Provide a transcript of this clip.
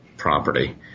property